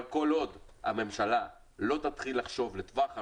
אבל כל עוד הממשלה לא תתחיל לחשוב לטווח ארוך,